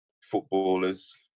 footballers